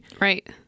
Right